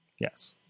Yes